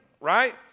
right